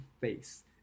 face